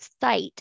site